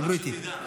דיברו איתי.